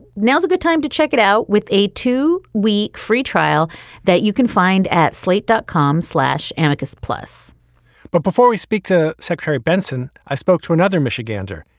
now's a good time to check it out with a two week free trial that you can find at slate dot com, slash and annika's plus but before we speak to secretary benson, i spoke to another michigander.